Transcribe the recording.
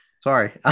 Sorry